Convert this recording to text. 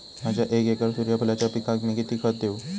माझ्या एक एकर सूर्यफुलाच्या पिकाक मी किती खत देवू?